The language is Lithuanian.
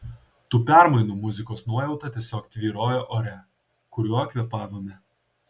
tų permainų muzikos nuojauta tiesiog tvyrojo ore kuriuo kvėpavome